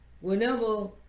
whenever